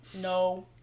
No